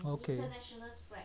okay